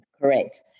Correct